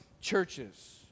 churches